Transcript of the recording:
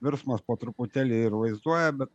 virsmas po truputėlį ir vaizduoja bet